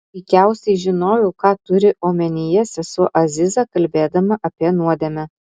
puikiausiai žinojau ką turi omenyje sesuo aziza kalbėdama apie nuodėmę